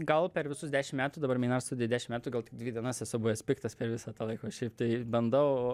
gal per visus dešim metų dabar meinart studijai dešim metų gal tik dvi dienas esu buvęs piktas per visą tą laiką o šiaip tai bandau